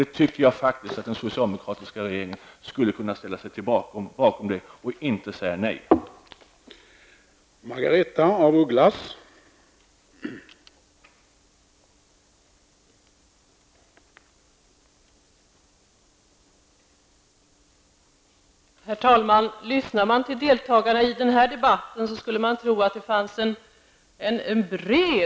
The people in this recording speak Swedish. Det anser jag att den socialdemokratiska regeringen skulle kunna ställa sig bakom och inte säga nej till.